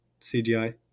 cgi